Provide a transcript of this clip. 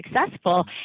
successful